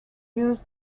use